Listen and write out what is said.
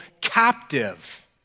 captive